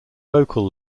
vocal